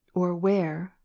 or where,